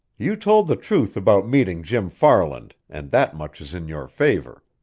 you told the truth about meeting jim farland, and that much is in your favor.